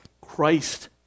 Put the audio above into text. Christ